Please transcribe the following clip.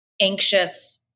anxious